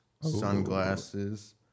sunglasses